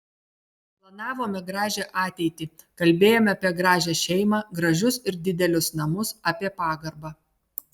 planavome gražią ateitį kalbėjome apie gražią šeimą gražius ir didelius namus apie pagarbą